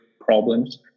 problems